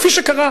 כפי שקרה,